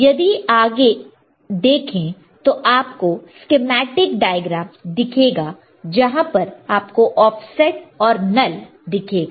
यदि आगे देखें तो आप को स्कीमेटिक डायग्राम दिखेगा जहां पर आपको ऑफसेट और नल दिखेगा